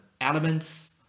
elements